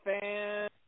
fan